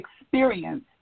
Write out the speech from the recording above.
experience